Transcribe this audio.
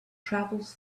travels